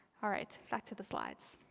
all right, back to the slides.